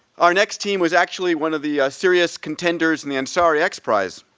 our next team was actually one of the serious contenders in the ansari x prize.